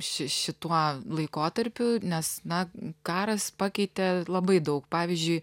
ši šituo laikotarpiu nes na karas pakeitė labai daug pavyzdžiui